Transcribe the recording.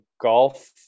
golf